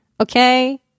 Okay